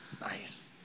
Nice